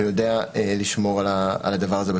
ויודע לשמור על זה.